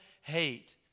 hate